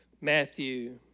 Matthew